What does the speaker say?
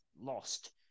lost